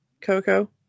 Coco